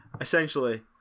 essentially